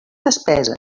despeses